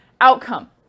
outcome